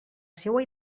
seua